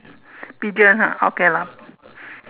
pigeon ha okay lah